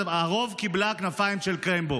את הרוב קיבלה כנפיים של קרמבו.